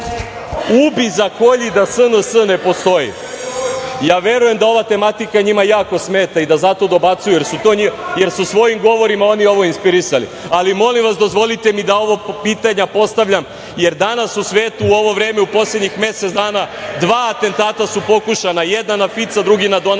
ubij zakolji, da SNS ne postoji. Ja verujem da ova tematika njima jako smeta i da zato dobacuju, jer su svojim govorima oni ovo inspirisali, ali molim vas, dozvolite mi da ova pitanja postavljam, jer danas u svetu, u ovo vreme, u poslednjih mesec dana dva atentata su pokušana, jedan na Fica, drugi na Donalda